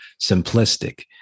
simplistic